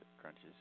crunches